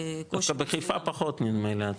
בחיפה פחות נדמה לי.